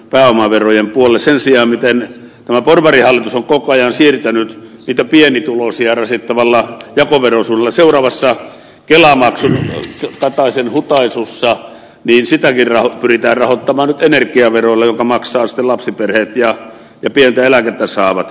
sen sijaan tämä porvarihallitus on koko ajan siirtänyt niitä pienituloisia rasittavalla jakovero osuudella seuraavassa kelamaksun kataisen hutaisussa ja sitäkin pyritään rahoittamaan nyt energiaverolla jonka maksavat sitten lapsiperheet ja pientä eläkettä saavat